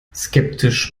skeptisch